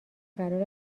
قرار